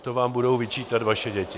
To vám budou vyčítat vaše děti.